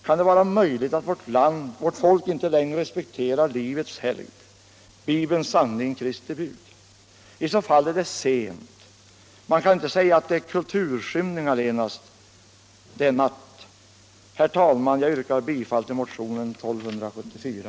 Kan det vara möjligt att vårt folk inte längre respekterar livets helgd, Bibelns sanning, Kristi bud! I så fall är det sent. Man kan inte säga att det är kulturskymning allenast. Det är natt. Herr talman! Jag yrkar bifall till motionen 1274.